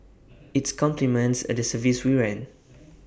IT complements the service we run